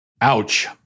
ouch